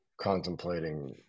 contemplating